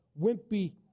wimpy